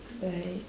like